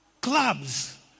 clubs